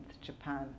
Japan